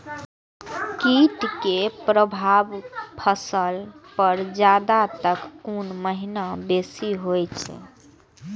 कीट के प्रभाव फसल पर ज्यादा तर कोन महीना बेसी होई छै?